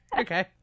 Okay